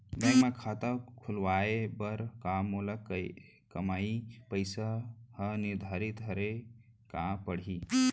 Bank म खाता खुलवाये बर का मोर कमाई के पइसा ह निर्धारित रहे के पड़ही?